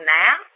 now